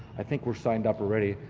i think we're signed up already,